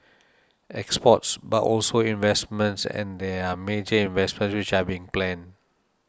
exports but also investments and there are major investments which are being planned